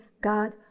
God